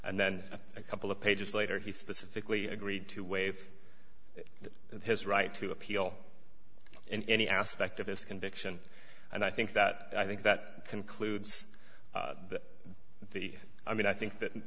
and then a couple of pages later he specifically agreed to waive his right to appeal in any aspect of his conviction and i think that i think that concludes the i mean i think that